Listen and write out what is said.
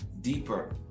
deeper